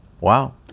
wow